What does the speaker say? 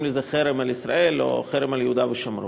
לו "חרם על ישראל" או "חרם על יהודה ושומרון".